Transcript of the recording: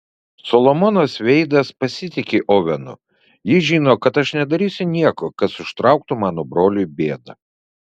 solomonas veidas pasitiki ovenu jis žino kad aš nedarysiu nieko kas užtrauktų mano broliui bėdą